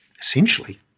essentially